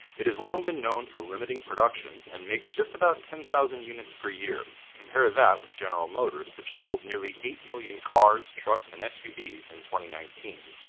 it has long been known for limiting production and makes just about ten thousand units per year. compare that with general motors, which sold nearly eight million cars, trucks and suv cars in twenty nineteen.